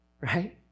Right